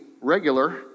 regular